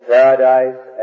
Paradise